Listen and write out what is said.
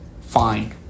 fine